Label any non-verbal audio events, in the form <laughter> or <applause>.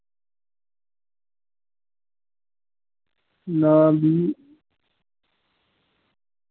<unintelligible>